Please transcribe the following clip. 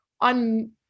on